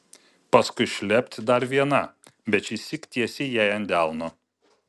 paskui šlept dar viena bet šįsyk tiesiai jai ant delno